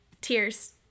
tears